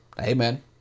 Amen